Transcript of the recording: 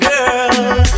Girl